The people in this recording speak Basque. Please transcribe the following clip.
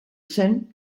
zen